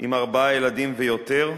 עם ארבעה ילדים ויותר,